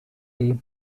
iyi